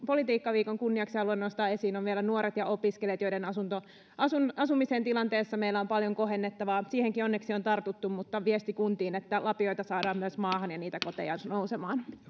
politiikkaviikon kunniaksi haluan nostaa esiin on vielä nuoret ja opiskelijat joiden asumisen tilanteessa meillä on paljon kohennettavaa siihenkin onneksi on tartuttu mutta viesti kuntiin jotta lapioita saadaan myös maahan ja niitä koteja nousemaan